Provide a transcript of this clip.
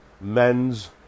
men's